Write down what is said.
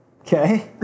Okay